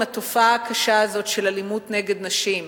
התופעה הקשה הזאת של אלימות נגד נשים,